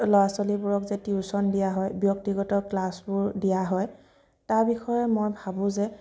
ল'আ ছোৱালীবোৰক যে টিউশ্যন দিয়া হয় ব্যক্তিগত ক্লাছবোৰ দিয়া হয় তাৰ বিষয়ে মই ভাবোঁ যে